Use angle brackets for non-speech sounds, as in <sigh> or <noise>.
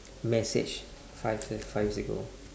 <noise> message five year five years ago